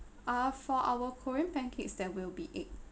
uh for our korean pancakes there will be egg